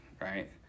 right